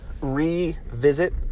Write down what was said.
revisit